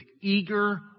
eager